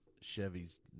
Chevy's